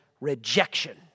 rejection